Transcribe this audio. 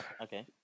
okay